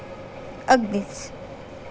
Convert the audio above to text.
अगदीच